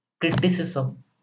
criticism